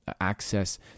access